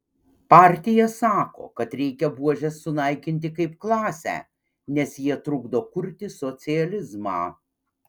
partija sako kad reikia buožes sunaikinti kaip klasę nes jie trukdo kurti socializmą